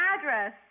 address